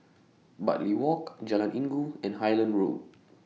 Bartley Walk Jalan Inggu and Highland Road